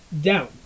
down